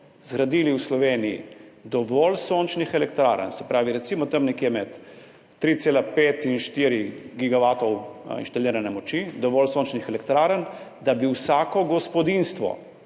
zgradili v Sloveniji dovolj sončnih elektrarn. Se pravi nekje med 3,5 in 4 gigavate inštalirane moči, dovolj sončnih elektrarn, da bi vsako gospodinjstvo,